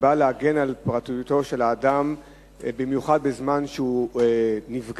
באה להגן על פרטיותו של האדם במיוחד בזמן שהוא נפגע,